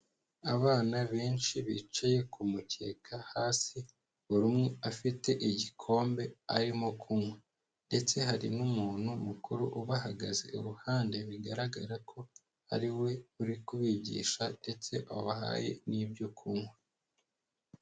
Abana benshi bicaye kumukeka hasi, buri umwe afite igikombe arimo kunywa ndetse hari n'umuntu mukuru ubahagaze iruhande, bigaragara ko ari we uri kubigisha ndetse abahaye n'ibyo kunywa.